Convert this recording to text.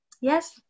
Yes